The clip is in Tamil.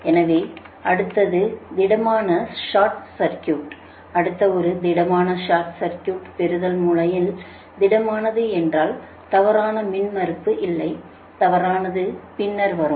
எனவே அடுத்தது திடமான சார்ட் சா்கியுட் அடுத்த ஒரு திடமான சார்ட் சா்கியுட் பெறுதல் முனையில் திடமானது என்றால் தவறான மின்மறுப்பு இல்லை தவறானது பின்னர் வரும்